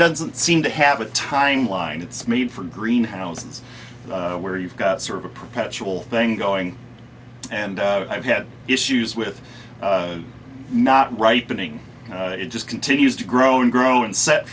doesn't seem to have a timeline it's made for greenhouses where you've got sort of a perpetual thing going and i've had issues with not ripening it just continues to grow and grow and set